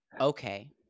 okay